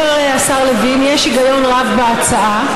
אומר השר לוין: יש היגיון רב בהצעה,